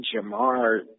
Jamar